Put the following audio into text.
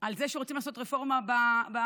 על זה שרוצים לעשות רפורמה בחינוך,